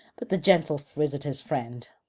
but the gentle visitor's friend.